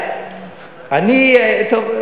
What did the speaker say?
טוב,